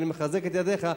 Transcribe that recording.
אני מחזק את ידיך,